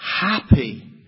happy